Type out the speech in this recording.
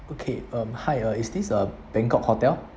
okay um hi uh is this uh bangkok hotel